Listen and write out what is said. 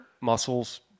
muscles